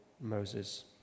moses